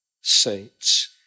saints